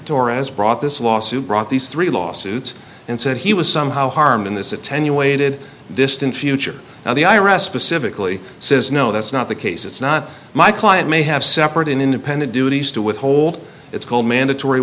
torres brought this lawsuit brought these three lawsuits and said he was somehow harmed in this attenuated distant future now the i r s specifically says no that's not the case it's not my client may have separate independent duties to withhold it's called mandatory